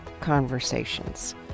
conversations